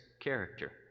character